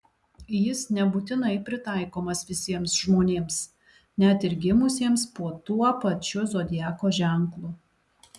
jis nebūtinai pritaikomas visiems žmonėms net ir gimusiems po tuo pačiu zodiako ženklu